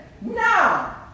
Now